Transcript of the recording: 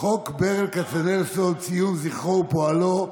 חוק ברל כצנלסון (ציון זכרו ופועלו),